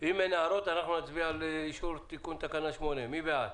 אם אין הערות אנחנו נצביע על אישור תיקון תקנה 8. מי בעד?